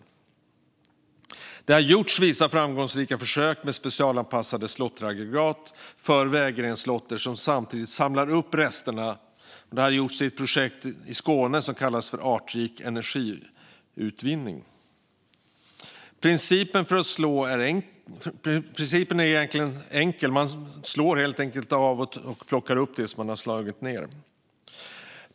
Projektet Artrik energiutvinning i Skåne är ett framgångsrikt försök med specialanpassade slåtteraggregat för vägrensslåtter som samtidigt samlar upp resterna. Principen är enkel: Man slår helt enkelt av och plockar upp det som man har slagit ned.